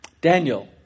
Daniel